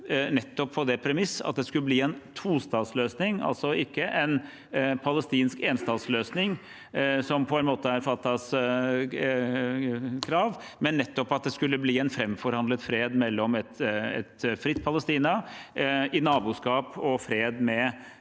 nettopp på det premisset at det skulle bli en tostatsløsning – altså ikke en palestinsk enstatsløsning, som på en måte er Fatahs krav, men at det skulle bli en framforhandlet fred mellom et fritt Palestina i naboskap og fred med